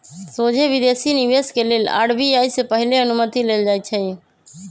सोझे विदेशी निवेश के लेल आर.बी.आई से पहिले अनुमति लेल जाइ छइ